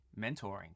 mentoring